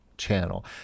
channel